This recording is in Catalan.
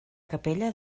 capella